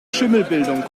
schimmelbildung